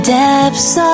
depths